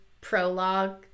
prologue